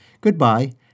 Goodbye